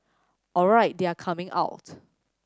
alright they are coming out